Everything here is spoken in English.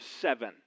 seven